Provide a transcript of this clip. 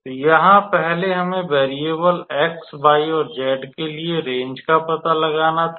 तो यहाँ पहले हमें वेरिएबल x y और z के लिए रेंज का पता लगाना था